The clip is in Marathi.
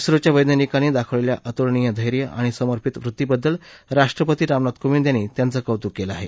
झोच्या वैज्ञानिकांनी दाखवलेल्या अतुलनीय धैर्य आणि समपिंत वृत्तींबद्दल राष्ट्रपती राम नाथ कोविंद यांनी त्यांचं कौतुक केलं आहे